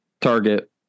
target